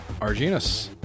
Arginus